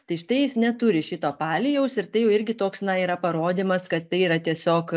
tai štai jis neturi šito palijaus ir tai jau irgi toks na yra parodymas kad tai yra tiesiog